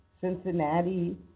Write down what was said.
Cincinnati